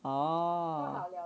哦